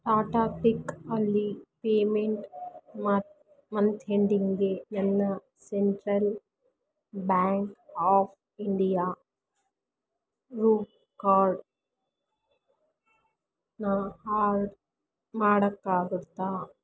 ಟಾಟಾ ಕ್ಲಿಕ್ಕಲ್ಲಿ payment month ಎಂಡಿಂಗ್ಗೆ ನನ್ನ ಸೆಂಟ್ರಲ್ ಬ್ಯಾಂಕ್ ಆಫ್ ಇಂಡಿಯಾ ರೂ ಕಾರ್ಡನ್ನ ಆಡ್ ಮಾಡೋಕ್ಕಾಗತ್ತಾ